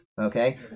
okay